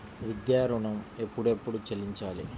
విద్యా ఋణం ఎప్పుడెప్పుడు చెల్లించాలి?